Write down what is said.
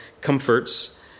comforts